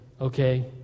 okay